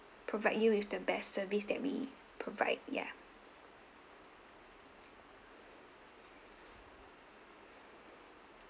provide you with the best service that we provide ya